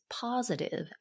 positive